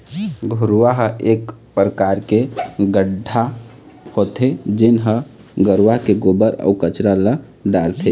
घुरूवा ह एक परकार के गड्ढ़ा होथे जेन म गरूवा के गोबर, अउ कचरा ल डालथे